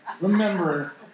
Remember